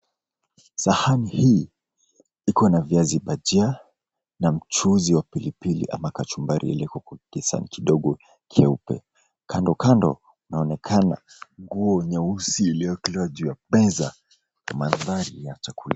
Sahani hii iko na viazi bajia na mchuzi wa pilipili ama kachumbari iliowekwa kwa kisahani kidogo kieupe. Kandokando kunaonekana nguo nyeusi ilioekelewa juu ya meza kwa mandhari ya chakula.